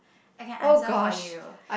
I can answer for you